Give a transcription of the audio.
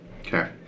Okay